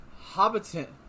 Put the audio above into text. Hobbiton